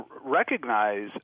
recognize